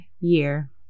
year